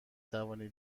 توانی